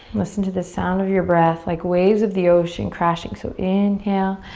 listen to the sound of your breath. like waves of the ocean crashing. so inhale.